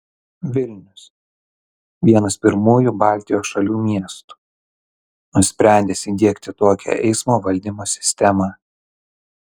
vilnius vienas pirmųjų baltijos šalių miestų nusprendęs įdiegti tokią eismo valdymo sistemą